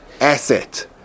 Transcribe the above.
asset